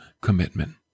commitment